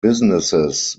businesses